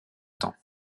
temps